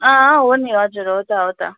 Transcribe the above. अँ हो नि हजुर हो त हो त